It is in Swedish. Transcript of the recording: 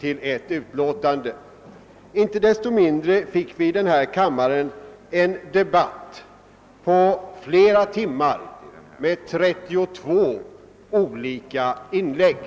Icke desto mindre fick vi här i kammaren en debatt på flera timmar med 32 olika inlägg.